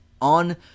on